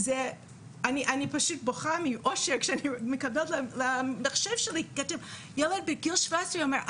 שפשוט אני בוכה מאושר כשמחשב שלי כתוב ילד בגיל 17 אומר,